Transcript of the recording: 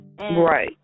Right